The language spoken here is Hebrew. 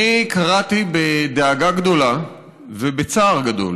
אני קראתי בדאגה גדולה ובצער גדול